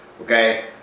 Okay